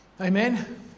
Amen